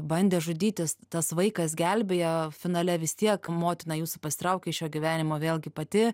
bandė žudytis tas vaikas gelbėjo finale vis tiek motina jūsų pasitraukė iš šio gyvenimo vėlgi pati